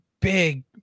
big